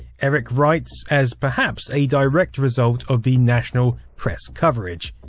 eric write, as perhaps, a direct result of the national press coverage.